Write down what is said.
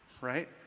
right